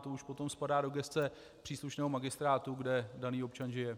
To už potom spadá do gesce příslušného magistrátu, kde daný občan žije.